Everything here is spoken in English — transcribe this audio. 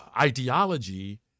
ideology